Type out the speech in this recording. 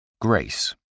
Grace